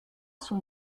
son